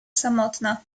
samotna